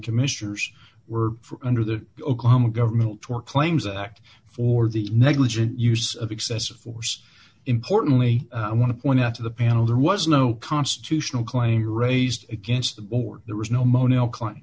commissioners were under the oklahoma government claims act for the negligent use of excessive force importantly i want to point out to the panel there was no constitutional claim raised against the board there was no mon